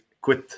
quit